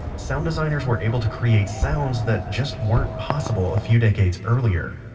sound designers were able to create sounds that just weren't possible a few decades earlier.